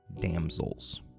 damsels